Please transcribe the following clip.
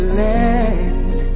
land